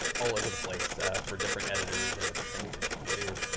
all over the place for different editors and different things that you can do.